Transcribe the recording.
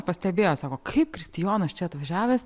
pastebėjo sako kaip kristijonas čia atvažiavęs